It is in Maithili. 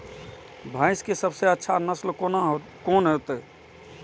भैंस के सबसे अच्छा नस्ल कोन होते?